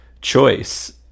choice